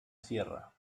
sierra